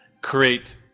create